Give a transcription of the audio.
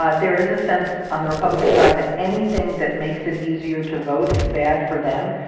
ah there is a sense on the republican side that anything that makes it easier to vote is bad for them.